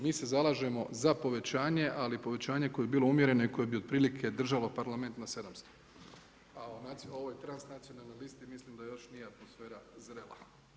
Mi se zalažemo za povećanje, ali povećanje koje bi bilo umjereno i koje bi otprilike držala parlament na 700, a ovoj transnacionalnoj listi mislim da još nije atmosfera zrela.